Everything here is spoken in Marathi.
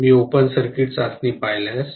मी ओपन सर्किट चाचणी पाहिल्यास